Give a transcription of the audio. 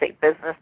business